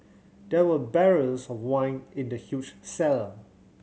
there were barrels of wine in the huge cellar